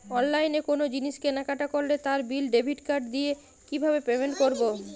অনলাইনে কোনো জিনিস কেনাকাটা করলে তার বিল ডেবিট কার্ড দিয়ে কিভাবে পেমেন্ট করবো?